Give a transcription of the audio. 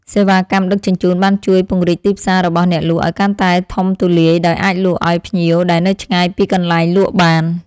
សេវាកម្មដឹកជញ្ជូនបានជួយពង្រីកទីផ្សាររបស់អ្នកលក់ឱ្យកាន់តែធំទូលាយដោយអាចលក់ឱ្យភ្ញៀវដែលនៅឆ្ងាយពីកន្លែងលក់បាន។